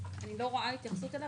אני לא רואה התייחסות אליו,